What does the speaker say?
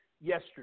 yesterday